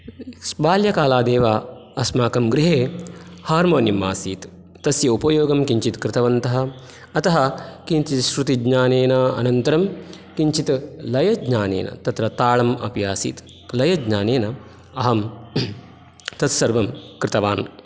बाल्यकालादेव अस्माकं गृहे हार्मोनियम् आसीत् तस्य उपयोगं किञ्चित् कृतवन्तः अतः किञ्चित् श्रुतिज्ञानेन अनन्तरं किञ्चित् लयज्ञानेन तत्र तालमपि आसीत् लयज्ञानेन अहं तत्सर्वं कृतवान्